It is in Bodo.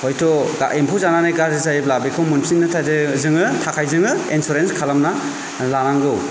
हयथ' एम्फौ जानानै गाज्रि जायोब्ला बेखौ मोनफिननो थाखाय जोङो एन्सुरेन्स खालामना लानांगौ